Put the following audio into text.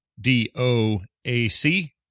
D-O-A-C